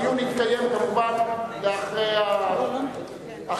הדיון יתקיים כמובן אחרי הפגרה.